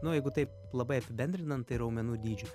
nu jeigu taip labai apibendrinan tai raumenų dydžiu